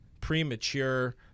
Premature